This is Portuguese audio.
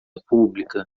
pública